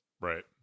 Right